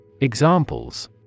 Examples